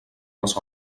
les